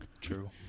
True